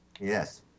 Yes